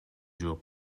жооп